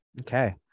okay